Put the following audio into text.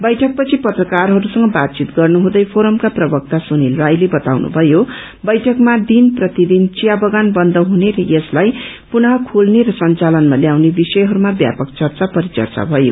बैठक पछि पत्रकारहरूसँग बातचित गर्नुहुँदै फोरमका प्रवक्ता सुनिल राईले बताउनुभयो बैठकमा दिन प्रतिदिन विया बगान बन्द हुने र यसलाई पुनः खोल्ने र संचालनमा ल्याउने विषयहरूमा व्यापक चर्चा परिवर्चा भयो